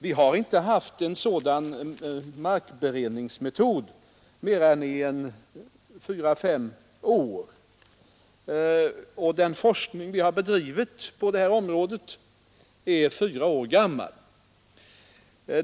Vi har inte haft en sådan markberedningsmetod i mer än 4—S5 år, och vår forskning på det här området har bedrivits i 4 år.